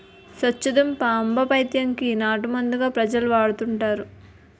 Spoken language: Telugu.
సొచ్చుదుంప ఆంబపైత్యం కి నాటుమందుగా ప్రజలు వాడుతుంటారు